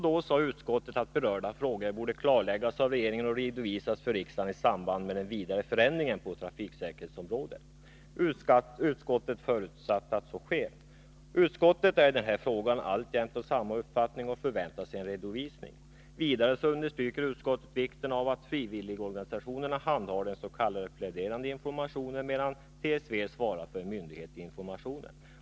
Då sade utskottet att berörda frågor borde klarläggas av regeringen och redovisas för riksdagen i samband med de vidare förändringarna på trafiksäkerhetsområdet. Utskottet förutsatte att så sker. Utskottet är alltjämt av samma uppfattning och förväntar sig en redovisning. Vidare understryker utskottet vikten av att frivilligorganisationerna handhar den s.k. pläderande informationen, medan trafiksäkerhetsverket svarar för myndighetsinformationen.